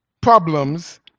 problems